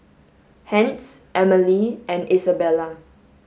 hence Emily and Isabela